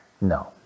No